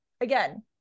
again